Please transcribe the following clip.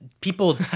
People